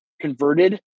converted